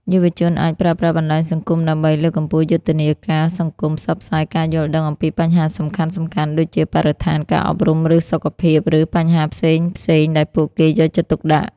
យុវជនអាចប្រើប្រាស់បណ្ដាញសង្គមដើម្បី លើកកម្ពស់យុទ្ធនាការសង្គម ផ្សព្វផ្សាយការយល់ដឹងអំពីបញ្ហាសំខាន់ៗ ដូចជាបរិស្ថាន ការអប់រំ ឬសុខភាព ឬ បញ្ហាផ្សេងៗដែលពួកគេយកចិត្តទុកដាក់។